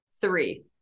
Three